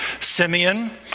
Simeon